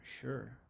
sure